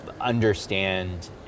understand